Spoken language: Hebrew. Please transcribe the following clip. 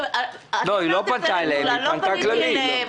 לא, היא לא פנתה אליהם, היא פנתה כללית.